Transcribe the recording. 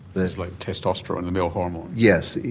that's like testosterone, the male hormone? yes,